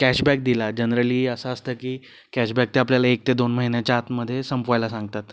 cashback दिला generally असं असतं की कॅशबॅक ते आपल्याला एक ते दोन महिन्याच्या आतमध्ये संपवायला सांगतात